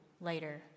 later